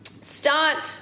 Start